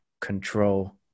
Control